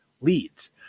leads